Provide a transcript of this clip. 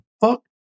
fuck